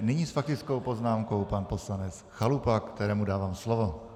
Nyní s faktickou poznámkou pan poslanec Chalupa, kterému dávám slovo.